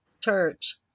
church